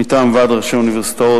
מטעם ועד ראשי האוניברסיטאות,